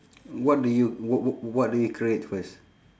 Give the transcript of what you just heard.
what do you w~ w~ what do you create first